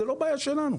זאת לא בעיה שלנו.